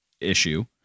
issue